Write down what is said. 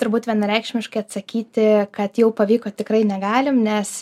turbūt vienareikšmiškai atsakyti kad jau pavyko tikrai negalim nes